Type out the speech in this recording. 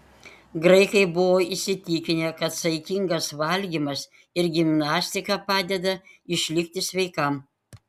graikai buvo įsitikinę kad saikingas valgymas ir gimnastika padeda išlikti sveikam